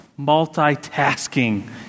multitasking